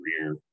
career